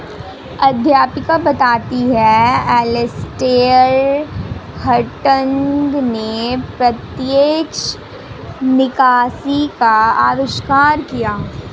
अध्यापिका बताती हैं एलेसटेयर हटंन ने प्रत्यक्ष निकासी का अविष्कार किया